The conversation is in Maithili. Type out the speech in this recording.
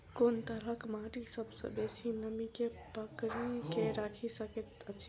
कोन तरहक माटि सबसँ बेसी नमी केँ पकड़ि केँ राखि सकैत अछि?